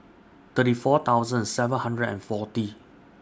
thirty four thousand seven hundred and forty